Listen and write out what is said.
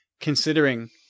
considering